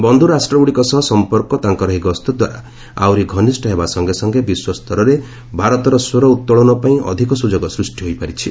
ବନ୍ଧୁ ରାଷ୍ଟ୍ରଗୁଡ଼ିକ ସହ ସଂପର୍କ ତାଙ୍କର ଏହି ଗସ୍ତ ଦ୍ୱାରା ଆହରି ଘନିଷ୍ଠ ହେବା ସଙ୍ଗେ ସଙ୍ଗେ ବିଶ୍ୱସ୍ତରରେ ଭାରତର ଦେଶର ସ୍ୱର ଉତ୍ତୋଳନ ପାଇଁ ଅଧିକ ସୁଯୋଗ ସୃଷ୍ଟି ହୋଇପାରିଛି